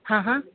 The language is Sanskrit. हा हा